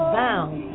bound